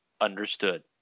Understood